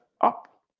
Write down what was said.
up